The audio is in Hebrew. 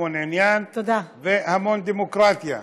המון עניין והמון דמוקרטיה.